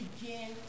begin